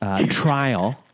trial